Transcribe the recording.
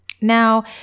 Now